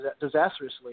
disastrously